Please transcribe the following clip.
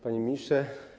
Panie Ministrze!